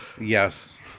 Yes